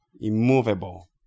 immovable